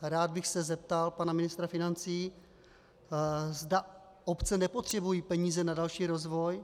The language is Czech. Rád bych se zeptal pana ministra financí, zda obce nepotřebují peníze na další rozvoj.